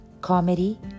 comedy